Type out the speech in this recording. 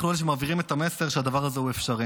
אנחנו אלה שמעבירים את המסר שהדבר הזה הוא אפשרי.